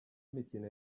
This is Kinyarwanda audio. mikino